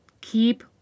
keep